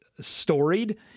storied